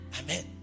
Amen